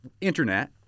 internet